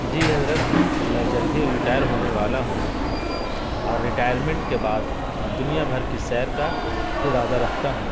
جی حضرت میں جلدی ہی ریٹائر ہونے والا ہوں اور ریٹائرمنٹ کے بعد دنیا بھر کی سیر کا ارادہ رکھتا ہوں